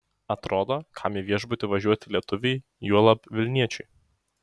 atrodo kam į viešbutį važiuoti lietuviui juolab vilniečiui